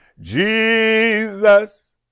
jesus